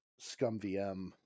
ScumVM